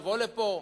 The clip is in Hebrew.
לבוא לפה.